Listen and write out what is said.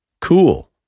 cool